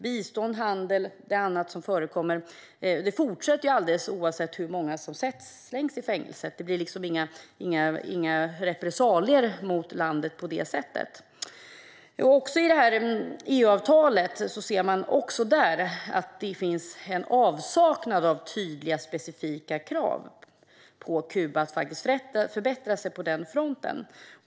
Bistånd, handel och annat fortsätter alldeles oavsett hur många som slängs i fängelse. Det blir liksom inga repressalier mot landet på det sättet. Också i EU-avtalet kan man notera en avsaknad av tydliga, specifika krav på Kuba att bättra sig på denna front.